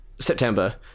September